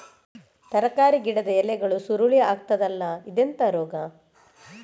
ತರಕಾರಿ ಗಿಡದ ಎಲೆಗಳು ಸುರುಳಿ ಆಗ್ತದಲ್ಲ, ಇದೆಂತ ರೋಗ?